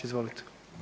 Izvolite.